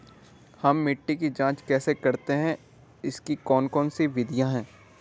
हम मिट्टी की जांच कैसे करते हैं इसकी कौन कौन सी विधियाँ है?